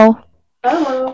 Hello